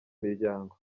miryango